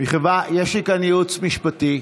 יש לי כאן ייעוץ משפטי.